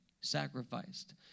sacrificed